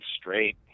straight